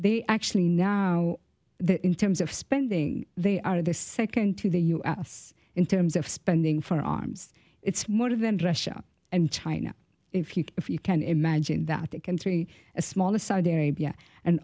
they actually now in terms of spending they are the second to the u s in terms of spending for arms it's more than russia and china if you if you can imagine that it can three a smaller saudi arabia and